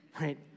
right